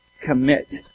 commit